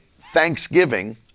Thanksgiving